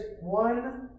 one